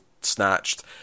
snatched